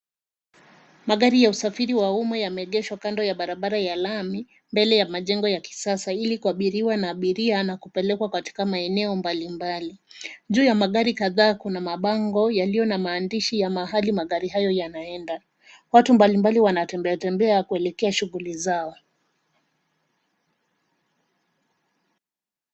Magari ya usafiri wa umma yameengeshwa kando ya barabara ya lami mbele ya majengo ya kisasa ili kuabiriwa na abiria na kupelekwa katika maeneo mbalimbali. Juu ya magari kadhaa kuna mabango yaliyo na maandishi ya mahali magari hayo yanaenda. Watu mbalimbali wanatembeatembea kuelekea shunguli zao.